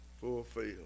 fulfilled